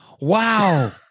Wow